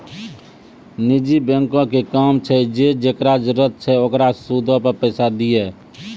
निजी बैंको के काम छै जे जेकरा जरुरत छै ओकरा सूदो पे पैसा दिये